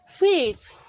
wait